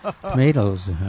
tomatoes